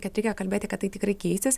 kad reikia kalbėti kad tai tikrai keisis